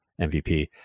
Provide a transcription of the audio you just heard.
MVP